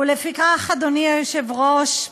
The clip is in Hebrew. ולפיכך, אדוני היושב-ראש,